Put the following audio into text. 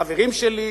חברים שלי,